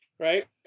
Right